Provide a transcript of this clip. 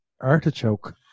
artichoke